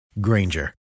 Granger